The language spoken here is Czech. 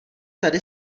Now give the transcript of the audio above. tady